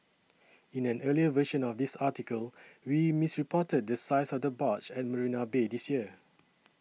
in an earlier version of this article we misreported the size of the barge at Marina Bay this year